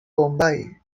bombai